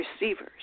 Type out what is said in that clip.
receivers